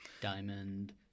Diamond